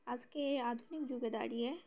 আজকে এই আধুনিক যুগে দাঁড়িয়ে